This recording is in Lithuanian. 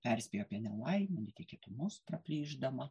perspėjo apie nelaimę netikėtumus praplyšdama